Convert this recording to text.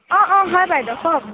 অঁ অঁ হয় বাইদেউ কওক